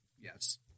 yes